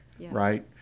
right